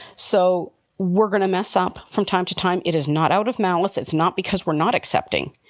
so we're going to mess up from time to time. it is not out of malice. it's not because we're not accepting.